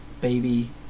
baby